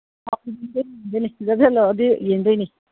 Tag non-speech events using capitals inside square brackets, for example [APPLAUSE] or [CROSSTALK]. [UNINTELLIGIBLE] dozen ꯂꯧꯔꯗꯤ ꯌꯦꯡꯗꯣꯏꯅꯤ